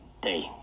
day